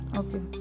okay